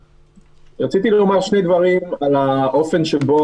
רציתי לומר שני דברים על האופן שבו